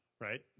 Right